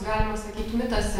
galima sakyt mitas